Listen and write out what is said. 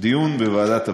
דיון בוועדת הפנים.